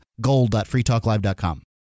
gold.freetalklive.com